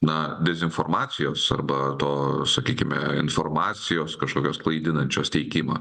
na dezinformacijos arba to sakykime informacijos kažkokios klaidinančios teikimą